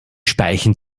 speichen